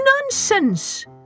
Nonsense